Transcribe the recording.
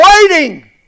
waiting